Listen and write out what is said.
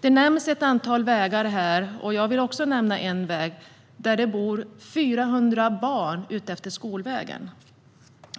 Det nämns ett antal vägar här, och jag vill också nämna en plats där det bor 400 barn utefter skolvägen.